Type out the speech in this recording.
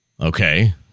Okay